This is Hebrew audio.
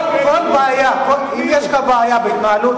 אם יש לך בעיה בהתנהלות,